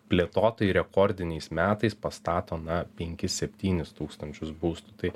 plėtotojai rekordiniais metais pastato na penkis septynis tūkstančius būstų tai